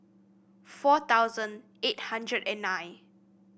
four thousand eight hundred and nine